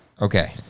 Okay